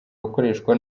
gukoreshwa